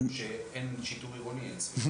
באלו שאין שיטור עירוני אין שביעות רצון.